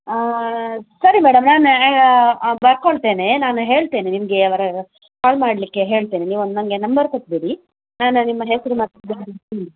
ಹಾಂ ಸರಿ ಮೇಡಮ್ ನಾನು ಬರ್ಕೊಳ್ತೇನೆ ನಾನು ಹೇಳ್ತೇನೆ ನಿಮಗೆ ಅವರ ಕಾಲ್ ಮಾಡಲಿಕ್ಕೆ ಹೇಳ್ತೇನೆ ನೀವೊಂದು ನನಗೆ ನಂಬರ್ ಕೊಟ್ಬಿಡಿ ನಾನು ನಿಮ್ಮ ಹೆಸರು ಮತ್ತು